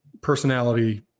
personality